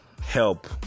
help